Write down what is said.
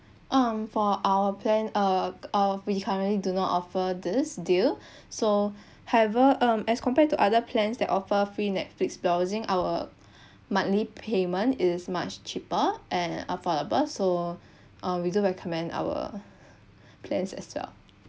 um for our plan uh we currently do not offer this deal so however um as compared to other plans that offered free Netflix browsing our monthly payment is much cheaper and affordable so uh we do recommend our plans as well